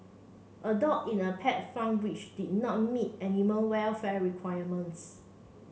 a dog in a pet farm which did not meet animal welfare requirements